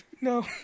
no